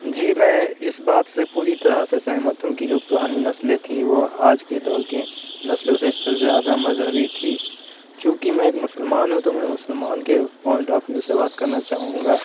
جی میں اِس بات سے پوری طرح سے سہمت ہوں کہ جو پُرانی نسلیں تھیں وہ آج کے دور کے نسلوں سے زیادہ مذہبی تھی چوں کہ میں ایک مسلمان ہوں تو میں مسلمان کے پوائنٹ آف ویو سے بات کرنا چاہوں گا